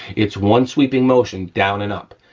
it's one sweeping motion down and up,